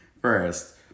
first